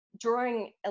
drawing